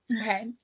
Okay